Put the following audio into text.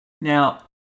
Now